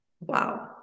Wow